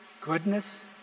goodness